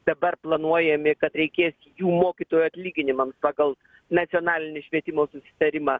dabar planuojami kad reikės jų mokytojų atlyginimams pagal nacionalinį švietimo susitarimą